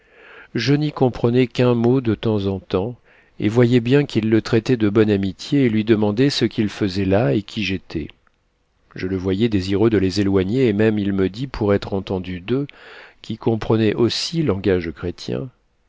je n'y comprenais qu'un mot de temps en temps et voyais bien qu'ils le traitaient de bonne amitié et lui demandaient ce qu'il faisait là et qui j'étais je le voyais désireux de les éloigner et même il me dit pour être entendu d'eux qui comprenaient aussi langage de chrétien